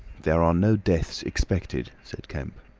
there are no deaths expected, said kemp.